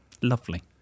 Lovely